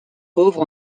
pauvre